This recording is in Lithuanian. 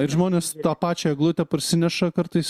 ir žmonės tą pačią eglutę parsineša kartais